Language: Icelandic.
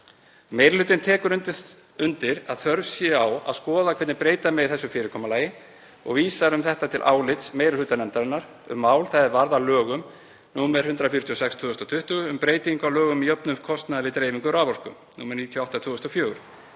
Meiri hlutinn tekur undir að þörf sé á að skoða hvernig breyta megi þessu fyrirkomulagi og vísar um þetta til álits meiri hluta nefndarinnar um mál það er varð að lögum nr. 146/2020, um breytingu á lögum um jöfnun kostnaðar við dreifingu raforku, nr. 98/2004.